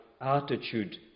attitude